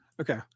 Okay